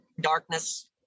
darkness